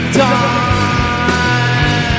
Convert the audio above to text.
time